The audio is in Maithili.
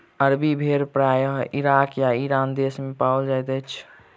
अरबी भेड़ प्रायः इराक आ ईरान देस मे पाओल जाइत अछि